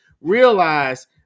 realize